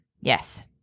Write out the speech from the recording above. Yes